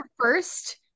first